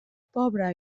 pobre